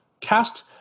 Cast